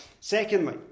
Secondly